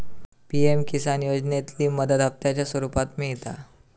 PM Kisan योजनेतली मदत हप्त्यांच्या स्वरुपात मिळता